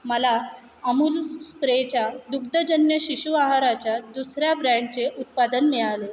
मला अमूलस्प्रेच्या दुग्धजन्य शिशुआहाराच्या दुसऱ्या ब्रँडचे उत्पादन मिळाले